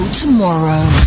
tomorrow